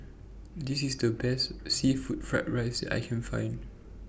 This IS The Best Seafood Fried Rice that I Can Find